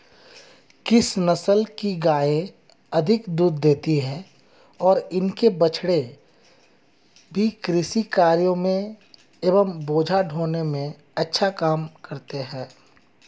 किस नस्ल की गायें अधिक दूध देती हैं और इनके बछड़े भी कृषि कार्यों एवं बोझा ढोने में अच्छा काम करते हैं?